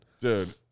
Dude